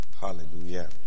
Hallelujah